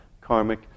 karmic